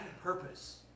purpose